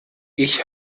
ich